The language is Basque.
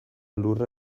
lurra